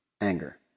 anger